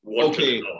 Okay